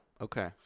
Okay